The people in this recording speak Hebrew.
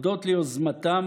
הודות ליוזמתם,